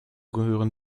gehören